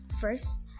First